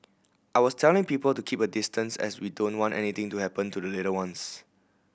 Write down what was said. I was telling people to keep a distance as we don't want anything to happen to the little ones